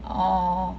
orh